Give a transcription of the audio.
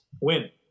Win